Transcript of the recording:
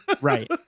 right